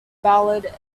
ballard